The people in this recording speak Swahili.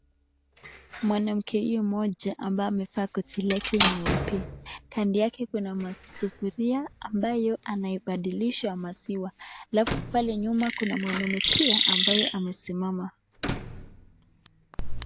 Mwanamke huyo mmoja ambaye amevaa koti lake nyeupe. Kando yake kuna sufuria ambayo anaibadilisha maziwa alafu pale nyuma kuna mwanaume pia ambaye amesimama.